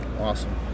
awesome